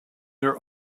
their